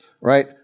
right